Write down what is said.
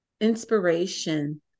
inspiration